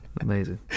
Amazing